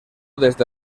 desde